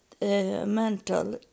mental